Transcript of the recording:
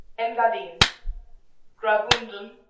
engadine graubunden,